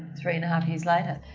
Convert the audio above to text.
three and a half years later.